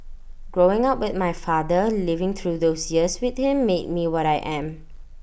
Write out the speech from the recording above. growing up with my father living through those years with him made me what I am